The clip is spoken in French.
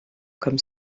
comme